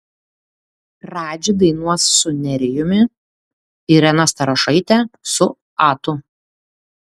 radži dainuos su nerijumi irena starošaitė su atu